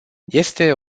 este